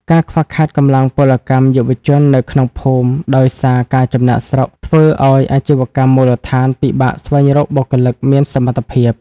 ការខ្វះខាតកម្លាំងពលកម្មយុវជននៅក្នុងភូមិ ដោយសារការចំណាកស្រុក ធ្វើឱ្យអាជីវកម្មមូលដ្ឋានពិបាកស្វែងរកបុគ្គលិកមានសមត្ថភាព។